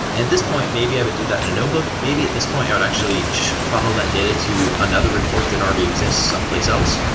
at this point, maybe i would do that in a notebook. maybe at this point i would actually funnel that data to another report that already exists someplace else,